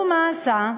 מה הוא עשה?